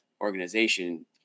organization